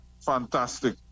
fantastic